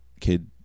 kid